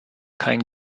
kein